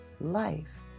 life